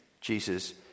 Jesus